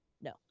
No